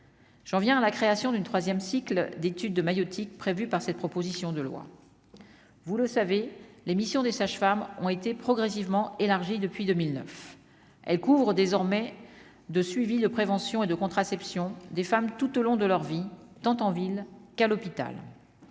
Je reviens à la création d'une 3ème cycle d'études de maïeutique prévues par cette proposition de loi, vous le savez, l'émission des sages-femmes ont été progressivement élargi depuis 2009, elle couvre désormais de suivi de prévention et de contraception des femmes tout au long de leur vie, tant en ville qu'à l'hôpital,